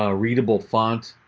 ah readable font